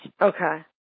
Okay